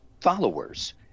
followers